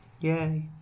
Yay